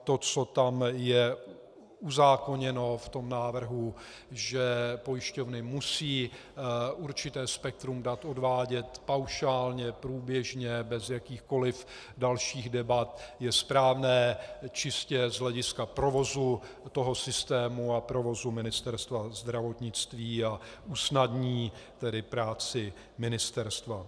To, co je uzákoněno v tom návrhu, že pojišťovny musí určité spektrum dat odvádět paušálně, průběžně, bez jakýchkoli dalších debat, je správné čistě z hlediska provozu toho systému a provozu Ministerstva zdravotnictví, a usnadní tedy práci ministerstva.